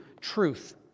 truth